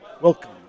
Welcome